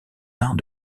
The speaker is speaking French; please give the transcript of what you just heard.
arts